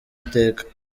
iteka